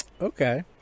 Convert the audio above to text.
Okay